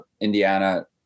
Indiana